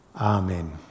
Amen